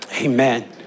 Amen